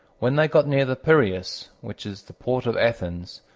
when they got near the piraeus, which is the port of athens,